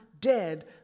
dead